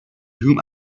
whom